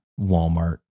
Walmart